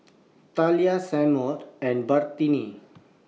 Talia Seymour and Brittni